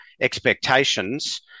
expectations